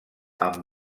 amb